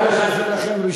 תיקון חשוב.